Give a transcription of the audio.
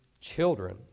children